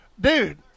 dude